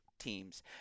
teams